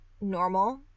normal